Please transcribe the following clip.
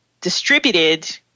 distributed